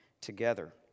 together